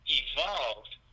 evolved